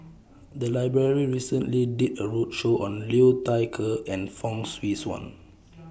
The Library recently did A roadshow on Liu Thai Ker and Fong Swee Suan